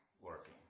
working